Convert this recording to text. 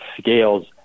scales